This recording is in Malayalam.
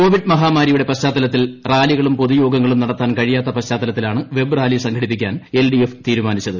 കോവിഡ് മഹാമാരിയുടെ പശ്ചാത്ത്ലത്തിൽ റാലികളും പൊതുയോഗങ്ങളും നടത്താൻ കഴിയാത്ത പശ്ചാത്തലത്തിലാണ് വെബ് റാലി സംഘടിപ്പിക്കാൻ എൽഡിഎഫ് തീരുമാനിച്ചത്